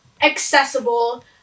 accessible